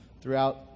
throughout